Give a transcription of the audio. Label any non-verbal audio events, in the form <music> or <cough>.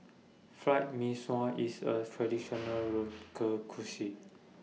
Fried Mee Sua IS A Traditional <noise> Local Cuisine